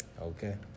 Okay